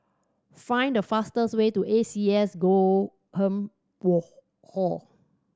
find the fastest way to A C S Oldham Hall